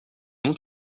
ont